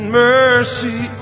mercy